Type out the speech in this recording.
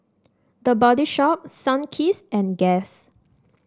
The Body Shop Sunkist and Guess